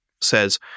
says